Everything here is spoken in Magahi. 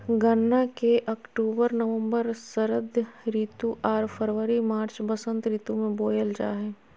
गन्ना के अक्टूबर नवम्बर षरद ऋतु आर फरवरी मार्च बसंत ऋतु में बोयल जा हइ